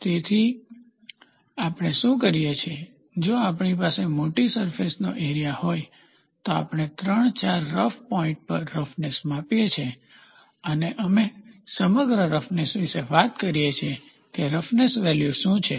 તેથી તેથી જ આપણે શું કરીએ છીએ જો આપણી પાસે મોટી સરફેસનો એરીઆ હોય તો આપણે 34 રફ પોઈન્ટ પર રફનેસ માપીએ છીએ અને અમે સમગ્ર સરફેસ વિશે વાત કરીએ છીએ કે રફનેસ વેલ્યુ શું છે